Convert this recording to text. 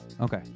Okay